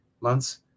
months